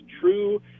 true